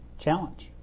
challenge,